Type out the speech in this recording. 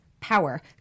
power